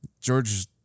George